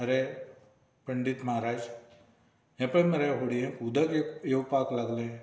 आरे पंडीत म्हाराज हें पळय मरे होडयेंत उदक येवपाक लागलें